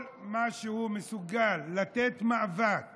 כל מי שמסוגל להיאבק